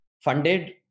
funded